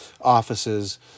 offices